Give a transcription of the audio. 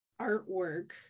artwork